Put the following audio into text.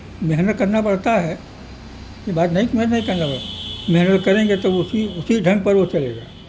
محنت کرنا پڑتا ہے یہ بات نہیں محنت نہیں کرنا پڑتا محنت کریں گے تو اسی اسی ڈھنگ پر وہ چلے گا